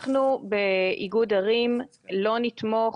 אנחנו באיגוד ערים לא נתמוך,